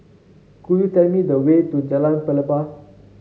could you tell me the way to Jalan Pelepah